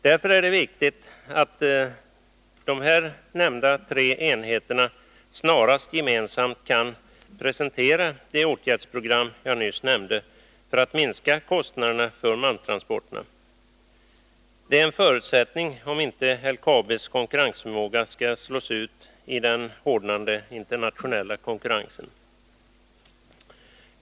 Därför är det viktigt att de nämnda tre enheterna snarast gemensamt kan presentera det åtgärdsprogram som jag nyss nämnde, för att minska kostnaderna för malmtransporterna. Detta är en förutsättning, om inte LKAB:s konkurrensförmåga skall slås ut i den hårdnande internationella konkurrensen.